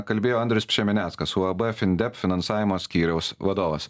kalbėjo andrius pšemeneckas uab findep finansavimo skyriaus vadovas